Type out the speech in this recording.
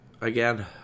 again